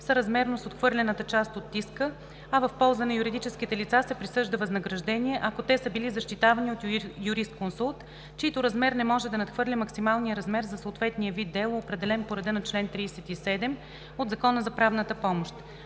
съразмерно с отхвърлената част от иска, а в полза на юридическите лица се присъжда възнаграждение, ако те са били защитавани от юрисконсулт, чийто размер не може да надхвърля максималния размер за съответния вид дело, определен по реда на чл. 37 от Закона за правната помощ.“